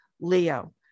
Leo